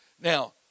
Now